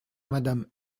madame